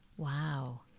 Wow